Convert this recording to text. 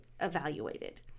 evaluated